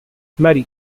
marie